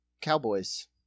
cowboys